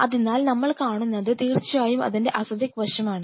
അതിനാൽനമ്മൾ കാണുന്നത് തീർച്ചയായും അതിൻറെ അസിഡിക് വശമാണ്